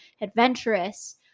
adventurous